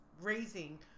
raising